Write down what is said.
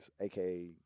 AKA